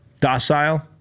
docile